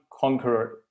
conqueror